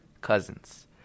Cousins